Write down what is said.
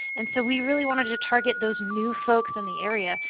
and so we really wanted to target those new folks in the area.